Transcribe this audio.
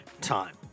time